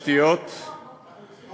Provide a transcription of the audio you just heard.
ותשתיות הכבישים, מתי זה בסוף?